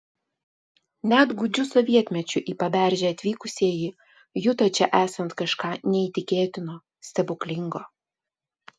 net gūdžiu sovietmečiu į paberžę atvykusieji juto čia esant kažką neįtikėtino stebuklingo